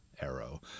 arrow